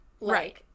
Right